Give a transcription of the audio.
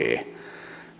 b